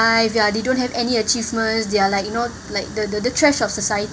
ya they don't have any achievements they are like you know like the the the trash of society